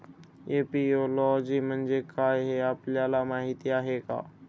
Apiology म्हणजे काय, हे आपल्याला माहीत आहे का?